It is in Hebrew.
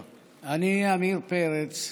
אני, עמיר פרץ,